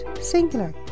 singular